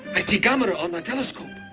i see gamera on my telescope.